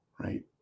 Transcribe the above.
Right